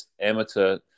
Amateur